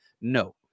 No